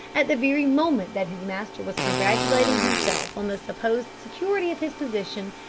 at the very moment that his master was congratulating himself on the supposed security of his position,